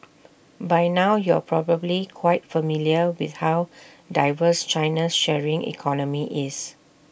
by now you're probably quite familiar with how diverse China's sharing economy is